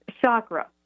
chakra